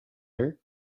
her